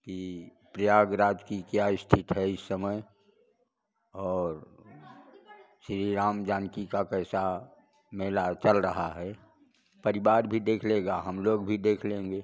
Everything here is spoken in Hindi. कि प्रयागराज की क्या स्थित है इस समय और श्री राम जानकी का कैसा मेला चल रहा है परिवार भी देख लेगा हम लोग भी देख लेंगे